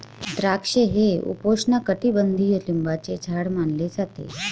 द्राक्षे हे उपोष्णकटिबंधीय लिंबाचे झाड मानले जाते